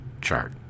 chart